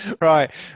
Right